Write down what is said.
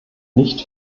nicht